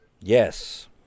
Yes